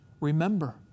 remember